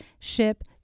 ship